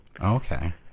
Okay